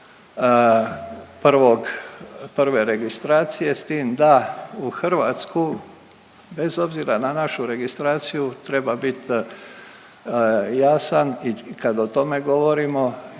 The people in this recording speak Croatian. prve registracije, s tim da u Hrvatsku bez obzira na našu registraciju treba biti jasan. I kad o tome govorimo